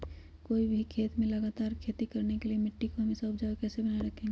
कोई भी खेत में लगातार खेती करने के लिए मिट्टी को हमेसा उपजाऊ कैसे बनाय रखेंगे?